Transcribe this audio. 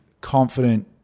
confident